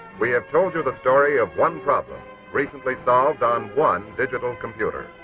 we have told you the story of one problem recently solved on one digital computer.